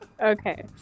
Okay